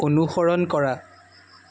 অনুসৰণ কৰা